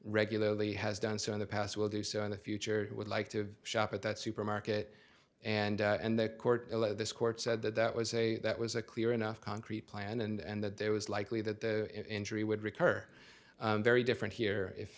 regularly has done so in the past will do so in the future who would like to shop at that supermarket and and the court this court said that that was a that was a clear enough concrete plan and that there was likely that the injury would recur very different here if